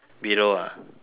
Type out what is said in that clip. below ah